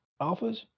alphas